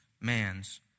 man's